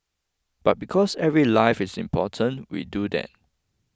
but because every life is important we do that